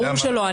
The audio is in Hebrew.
ברור שלא.